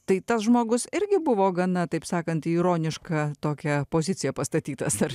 tai tas žmogus irgi buvo gana taip sakant į ironišką tokią poziciją pastatytas ar